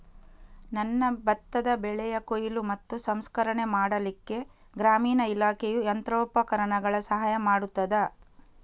ನನ್ನ ಭತ್ತದ ಬೆಳೆಯ ಕೊಯ್ಲು ಮತ್ತು ಸಂಸ್ಕರಣೆ ಮಾಡಲಿಕ್ಕೆ ಗ್ರಾಮೀಣ ಇಲಾಖೆಯು ಯಂತ್ರೋಪಕರಣಗಳ ಸಹಾಯ ಮಾಡುತ್ತದಾ?